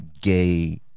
gay